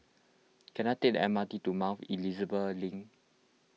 can I take the M R T to Mount Elizabeth Link